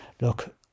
look